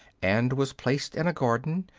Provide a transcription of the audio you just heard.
and was placed in a garden,